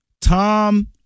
Tom